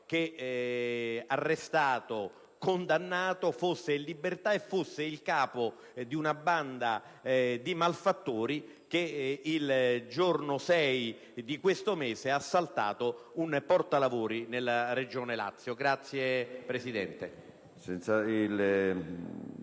uomo arrestato e condannato fosse in libertà e fosse il capo di una banda di malfattori che, il giorno 6 di questo mese, ha assaltato un portavalori nella Regione Lazio.